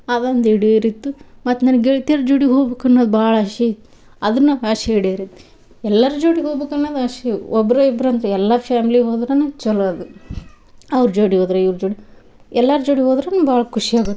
ಆದೊಂದು ಈಡೇರಿತ್ತು ಮತ್ತು ನನ್ನ ಗೆಳ್ತಿಯರ ಜೋಡಿ ಹೋಬಕ್ ಅನ್ನೋದು ಭಾಳ ಆಸೆ ಅದನ್ನು ಆಸೆ ಈಡೇರಿತು ಎಲ್ಲರ ಜೋಡಿ ಹೋಬಕ್ ಅನ್ನೋದು ಆಸೆಯೂ ಒಬ್ಬರೋ ಇಬ್ಬರೋ ಅಂತ್ ಎಲ್ಲ ಫ್ಯಾಮ್ಲಿ ಹೋದ್ರೇನ ಛಲೋ ಅದು ಅವ್ರ ಜೋಡಿ ಹೋದ್ರ ಇವ್ರ ಜೋಡಿ ಎಲ್ಲರ ಜೋಡಿ ಹೋದ್ರೂ ಭಾಳ ಖುಷಿಯಾಗತ್ತೆ